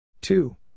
Two